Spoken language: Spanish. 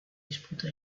disputó